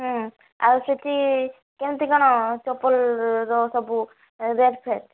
ଆଉ ସେଠି କେମିତି କ'ଣ ଚପଲର ସବୁ ରେଟ୍ ଫେଟ୍